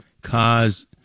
cause